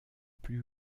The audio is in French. plus